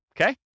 okay